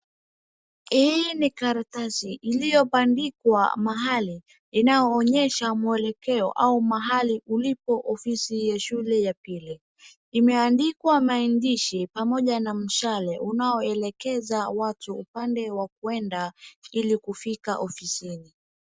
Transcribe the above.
Hii ni karatasi iliyobandikwa mahali inaonyesha mwelekeo au mahali ulipo ofisi ya shule ya upili. Imeandikwa maandishi pamoja na mshale unaolekeza watu upande wa kwenda ili kufika ofisini.